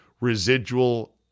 residual